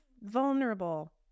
vulnerable